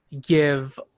give